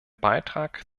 beitrag